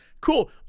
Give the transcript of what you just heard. Cool